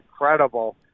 incredible